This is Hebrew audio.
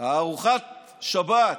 ארוחת השבת,